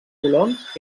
colons